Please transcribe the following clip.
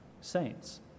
saints